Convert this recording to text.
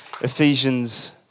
Ephesians